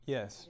Yes